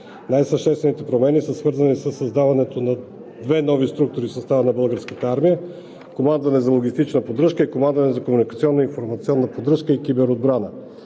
Най-съществените промени са свързани със създаването на две нови структури в състава на Българската армия – Командване за логистична поддръжка и Командване за комуникационно-информационна поддръжка и киберотбрана.